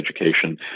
education